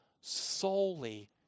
solely